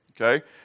okay